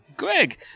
Greg